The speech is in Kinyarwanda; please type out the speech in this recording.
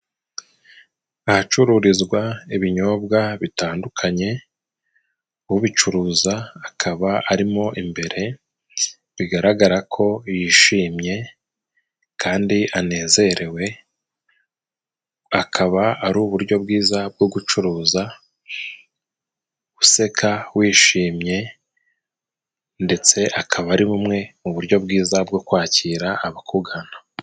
Ahacuruzwa ibinyobwa bitandukanye, ubicuruza akaba arimo imbere ,bigaragarako yishimye kandi anezerewe, akaba aruburyobwiza bwo gucuruza useka ,wishimye ndetse akabaribumwe muburyobwokwakira abakugana.